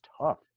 tough